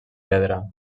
pedra